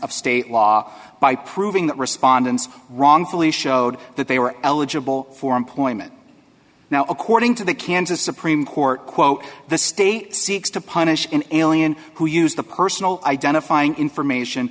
of state law by proving that respondents wrongfully showed that they were eligible for employment now according to the kansas supreme court quote the state seeks to punish an alien who used the personal identifying information